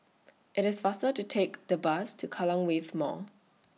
IT IS faster to Take The Bus to Kallang Wave Mall